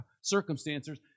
circumstances